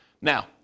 Now